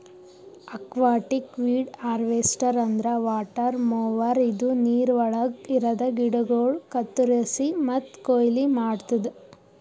aquatic weed harvester ಅಂದ್ರ water mower ಇದು ನೀರವಳಗ್ ಇರದ ಗಿಡಗೋಳು ಕತ್ತುರಸಿ ಮತ್ತ ಕೊಯ್ಲಿ ಮಾಡ್ತುದ